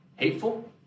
Hateful